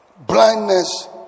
blindness